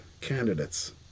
candidates